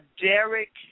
Derek